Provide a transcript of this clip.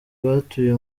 batuye